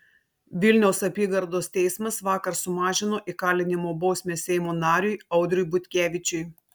vilniaus apygardos teismas vakar sumažino įkalinimo bausmę seimo nariui audriui butkevičiui